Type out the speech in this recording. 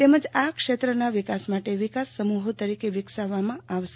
તેમજ આ ક્ષેત્રના વિકાસ માટે વિકાસ સમુહો તરીકે વિકસાવવમાં આવશે